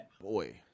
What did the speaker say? Boy